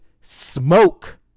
smoke